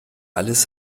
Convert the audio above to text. alles